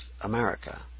America